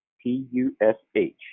P-U-S-H